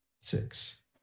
six